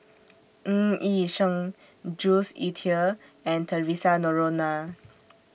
Ng Yi Sheng Jules Itier and Theresa Noronha